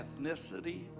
ethnicity